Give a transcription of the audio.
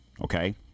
Okay